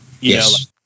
Yes